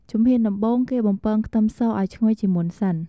ជំហានដំបូង គេបំពងខ្ទឹមសឱ្យឈ្ងុយជាមុនសិន។